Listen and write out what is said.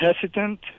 hesitant